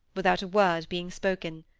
without a word being spoken.